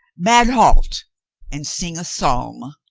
bade halt and sing a psalm.